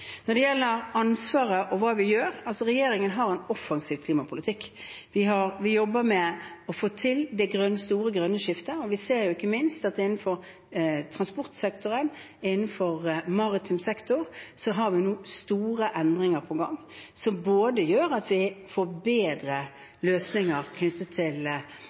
Når det gjelder ansvaret og hva vi gjør: Regjeringen har en offensiv klimapolitikk, vi jobber med å få til det store grønne skiftet. Vi ser at vi ikke minst innenfor transportsektoren og maritim sektor nå har store endringer på gang som gjør at vi får bedre løsninger knyttet til